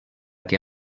que